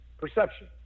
Perception